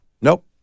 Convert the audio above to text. nope